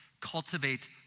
Cultivate